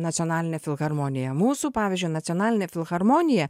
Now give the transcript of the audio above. nacionalinė filharmonija mūsų pavyzdžiui nacionalinė filharmonija